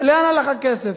לאן הלך הכסף.